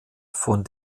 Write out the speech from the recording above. von